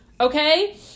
okay